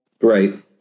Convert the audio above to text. Right